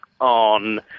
on